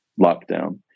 lockdown